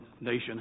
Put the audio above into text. nation